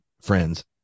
friends